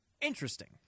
Interesting